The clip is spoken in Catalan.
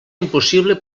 impossible